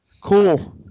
Cool